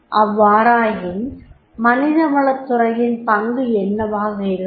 அவ்வாறாயின் மனித வளத் துறையின் பங்கு என்னவாக இருக்கும்